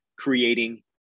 creating